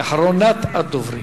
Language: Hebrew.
והיא אחרונת הדוברים.